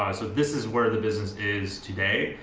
ah so this is where the business is today.